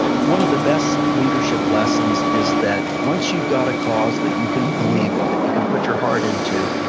one of the best leadership lessons is that once you've got a cause that you can believe in, that you can put your heart into,